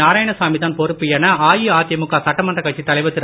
நாராயணசாமி தான் பொறுப்பு என அஇஅதிமுக சட்டமன்றக் கட்சித் தலைவர் திரு